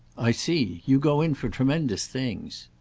i see. you go in for tremendous things.